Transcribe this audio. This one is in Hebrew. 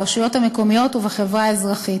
ברשויות המקומיות ובחברה האזרחית.